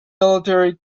military